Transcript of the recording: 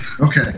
Okay